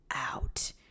out